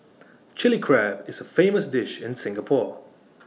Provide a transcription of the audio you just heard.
Chilli Crab is A famous dish in Singapore